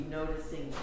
noticing